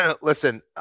listen